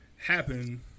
happen